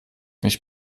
nicht